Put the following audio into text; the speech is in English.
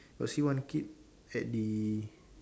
got see one kid at the